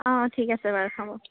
অঁ অঁ ঠিক আছে বাৰু হ'ব